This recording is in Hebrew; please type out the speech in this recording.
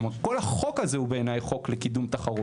כלומר כל החוק הזה בעיני הוא חוק לקידום תחרות.